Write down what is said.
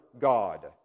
God